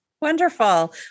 Wonderful